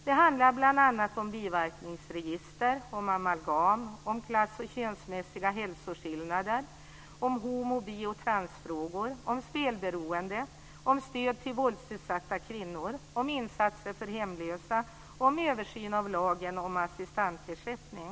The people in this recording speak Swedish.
De handlar bl.a. om biverkningsregister, om amalgam, om klass och könsmässiga hälsoskillnader, om homo-, bi och transfrågor, om spelberoende, om stöd till våldsutsatta kvinnor, om insatser för hemlösa och om översyn av lagen om assistentersättning.